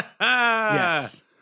Yes